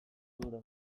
burura